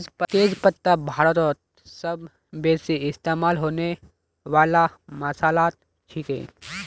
तेज पत्ता भारतत सबस बेसी इस्तमा होने वाला मसालात छिके